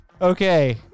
Okay